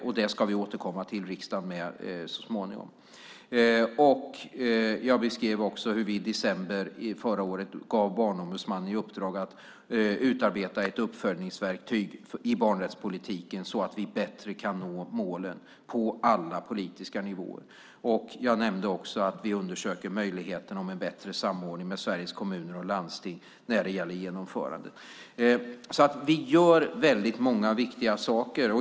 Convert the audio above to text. Om det ska vi återkomma till riksdagen så småningom. Jag beskrev också hur vi i december förra året gav Barnombudsmannen i uppdrag att utarbeta ett uppföljningsverktyg i barnrättspolitiken så att vi bättre kan nå målen på alla politiska nivåer. Jag nämnde också att vi undersöker möjligheten till en bättre samordning med Sveriges Kommuner och Landsting när det gäller genomförandet. Vi gör många viktiga saker.